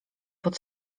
pod